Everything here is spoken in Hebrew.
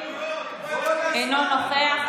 אינו נוכח.